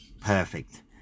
perfect